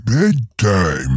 bedtime